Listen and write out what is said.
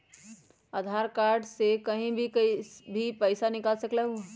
आधार card से कहीं भी कभी पईसा निकाल सकलहु ह?